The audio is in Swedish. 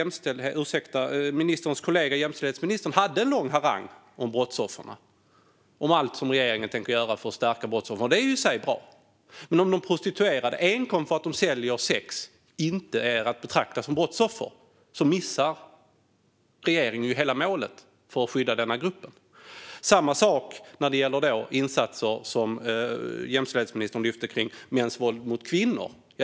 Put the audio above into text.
Ministerns kollega jämställdhetsministern hade en lång harang om brottsoffren och allt som regeringen tänker göra för att stärka dem. Det är i sig bra. Men om de som är prostituerade enkom för att de säljer inte är att betrakta som brottsoffer missar ju regeringen hela målet för att skydda den gruppen. Detsamma gäller de insatser som jämställdhetsministern lyfte kring mäns våld mot kvinnor.